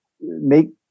Make